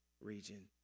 region